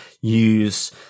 use